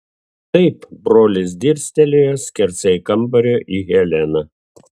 taip brolis dirstelėjo skersai kambario į heleną